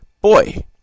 Boy